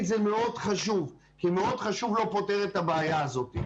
זה מאוד חשוב כי מאוד חשוב לא פותר את הבעיה הזאת.